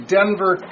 Denver